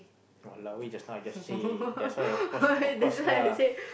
!walao! eh just now I just say that's why of course of course lah